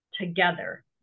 together